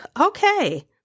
okay